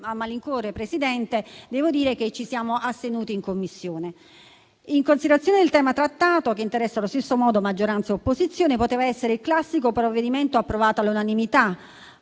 a malincuore, signor Presidente, devo dire che ci siamo astenuti in Commissione. In considerazione del tema trattato, che interessa allo stesso modo maggioranza e opposizione, poteva essere il classico provvedimento approvato all'unanimità;